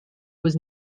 was